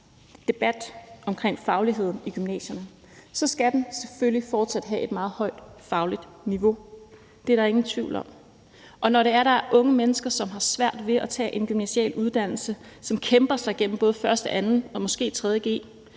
debat omkring fagligheden i gymnasierne, at der selvfølgelig fortsat skal være et meget højt fagligt niveau. Det er der ingen tvivl om. Og når det er, at der er unge mennesker, som har svært ved at tage en gymnasial uddannelse, og som kæmper sig igennem både 1. g, 2. g og måske også